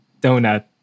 Donut